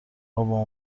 بابام